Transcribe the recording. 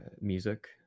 music